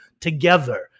together